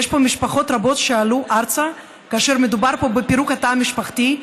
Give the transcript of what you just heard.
יש פה משפחות רבות שעלו ארצה כאשר דובר על פירוק התא המשפחתי,